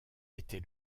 était